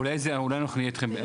אולי אנחנו נהיה איתכם.